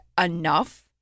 enough